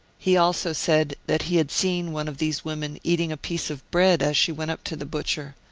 he also said that he had seen one of these women eating a piece of bread as she went up to the butcher,